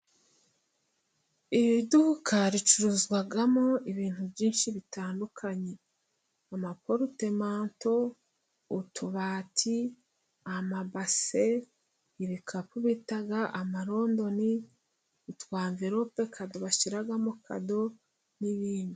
Iri duka ricuruzwamo ibintu byinshi bitandukanye: amaporutemanto, utubati, amabase, ibikapu bita amarondoni, utwanverope kado bashyiramo kado n'ibindi.